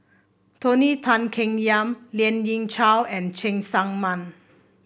Tony Tan Keng Yam Lien Ying Chow and Cheng Tsang Man